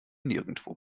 nirgendwo